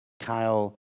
Kyle